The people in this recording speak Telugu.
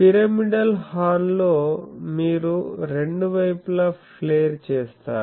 పిరమిడల్ హార్న్ లో మీరు రెండు వైపులా ప్లేర్ చేస్తారు